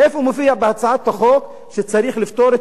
איפה מופיע בהצעת החוק שצריך לפתור את